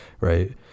right